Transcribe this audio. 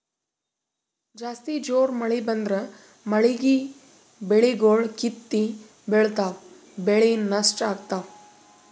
ಜಾಸ್ತಿ ಜೋರ್ ಮಳಿ ಬಂದ್ರ ಮಳೀಗಿ ಬೆಳಿಗೊಳ್ ಕಿತ್ತಿ ಬಿಳ್ತಾವ್ ಬೆಳಿ ನಷ್ಟ್ ಆಗ್ತಾವ್